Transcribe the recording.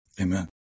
Amen